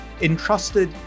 entrusted